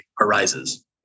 arises